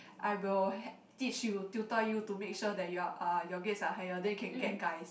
I will help teach you tutor you to make sure that you're uh your grades are higher then you can get guys